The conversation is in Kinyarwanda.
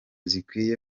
zikwiye